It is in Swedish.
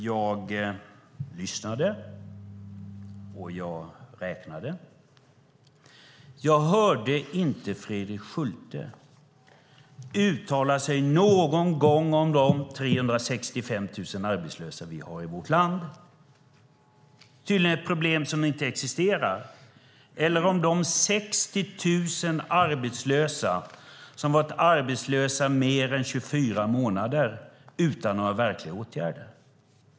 Jag lyssnade och jag räknade men hörde inte Fredrik Schulte någon gång uttala sig om de 365 000 arbetslösa vi har i vårt land - tydligen ett problem som inte existerar - eller om de 60 000 personer som varit arbetslösa i mer än 24 månader utan några verkliga åtgärder.